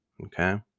Okay